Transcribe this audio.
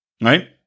right